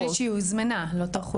אומרים לי שהיא הוזמנה, לא טרחו.